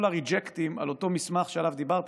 הריג'קטים על אותו מסמך שעליו דיברת,